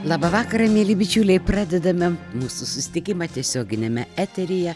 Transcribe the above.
labą vakarą mieli bičiuliai pradedame mūsų susitikimą tiesioginiame eteryje